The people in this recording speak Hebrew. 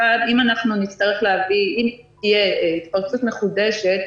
אחד אם תהיה התפרצות מחודשת,